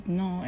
no